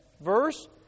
verse